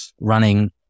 running